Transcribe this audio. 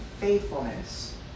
faithfulness